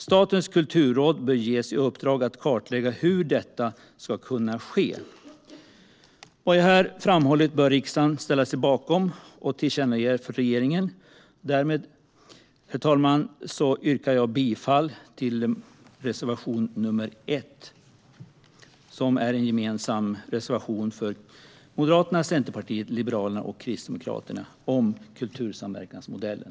Statens kulturråd bör ges i uppdrag att kartlägga hur detta ska kunna ske. Vad jag här har framhållit bör riksdagen ställa sig bakom och tillkännage för regeringen. Jag yrkar bifall till reservation 1, som är en gemensam reservation från Moderaterna, Centerpartiet, Liberalerna och Kristdemokraterna om kultursamverkansmodellen.